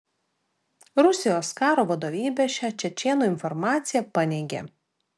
rusijos karo vadovybė šią čečėnų informaciją paneigė